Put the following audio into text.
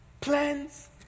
Plans